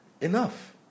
enough